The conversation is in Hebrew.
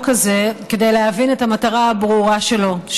הזה כדי להבין את המטרה הברורה שלו,